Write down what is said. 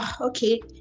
okay